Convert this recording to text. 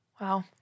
Wow